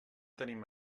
tenim